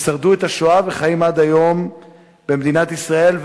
במדינת ישראל.